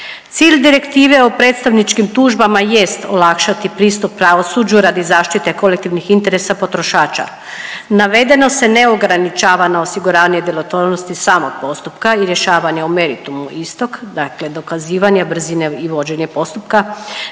Cilj Direktive o predstavničkim tužbama jest olakšati pristup pravosuđu radi zaštite kolektivnih interesa potrošača. Navedeno se ne ograničava na osiguranje djelotvornosti samog postupka i rješavanje o meritumu istog, dakle dokazivanja brzine i vođenje postupka